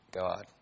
God